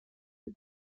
from